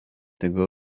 tego